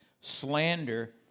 slander